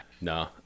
No